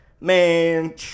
Man